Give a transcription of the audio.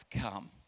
come